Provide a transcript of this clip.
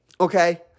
okay